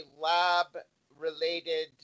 lab-related